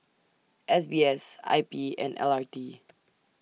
S B S I P and L R T